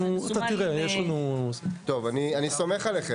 אתה תראה, יש לנו --- טוב, אני סומך עליכם.